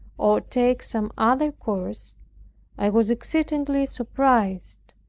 or take some other course i was exceedingly surprised,